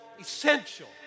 essential